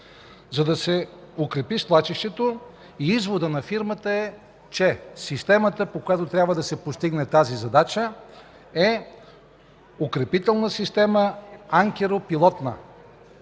за да се укрепи свлачището и изводът на фирмата е, че системата, по която трябва да се постигне тази задача, е укрепителна система анкеропилотна.